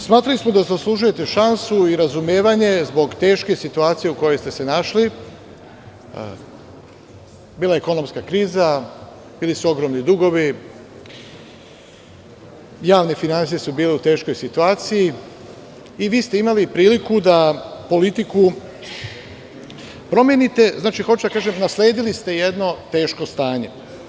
Smatrali smo da zaslužujete šansu i razumevanje zbog teške situacije u kojoj ste se našli, bila je ekonomska kriza, bili su ogromni dugovi, javne finansije su bile u teškoj situaciji i vi ste imali priliku da politiku promenite, znači, hoću da kažem nasledili ste jedno teško stanje.